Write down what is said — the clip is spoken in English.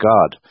God